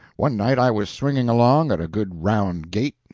one night i was swinging along at a good round gait,